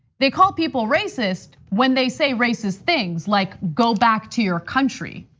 they call people racist when they say racist things like go back to your country.